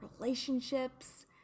Relationships